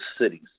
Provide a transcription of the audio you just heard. cities